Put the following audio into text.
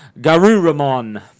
Garuramon